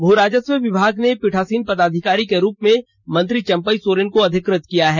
भू राजस्व विभाग ने पीठासीन पदाधिकारी के रूप में मंत्री चम्पई सोरेन को अधिकृत किया है